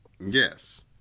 Yes